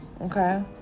okay